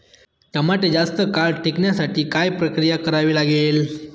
टमाटे जास्त काळ टिकवण्यासाठी काय प्रक्रिया करावी लागेल?